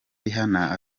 rihanna